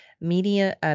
media